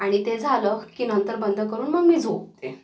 आणि ते झालं की नंतर बंद करून मग मी झोपते